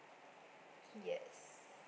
yes